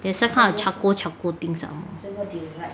there's some kind of charcoal charcoal things some more